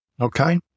Okay